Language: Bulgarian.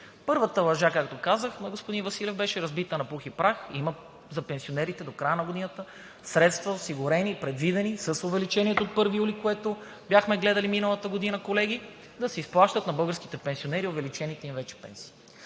Първата лъжа, както казах на господин Василев, беше разбита на пух и прах: има средства за пенсионерите до края на годината, предвидени с увеличението от 1 юли, което бяхме гледали миналата година, и да се изплащат на българските пенсионери увеличените им вече пенсии.